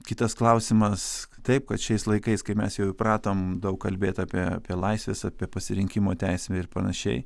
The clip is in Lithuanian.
kitas klausimas taip kad šiais laikais kai mes jau įpratom daug kalbėt apie apie laisves apie pasirinkimo teisę ir panašiai